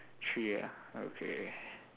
three ah okay